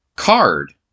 card